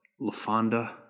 Lafonda